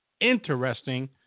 interesting